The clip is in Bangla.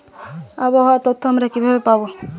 আবহাওয়ার তথ্য আমরা কিভাবে পাব?